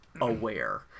aware